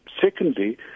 secondly